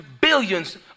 billions